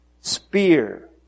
spear